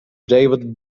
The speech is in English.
david